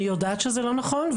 אני יודעת שזה לא נכון.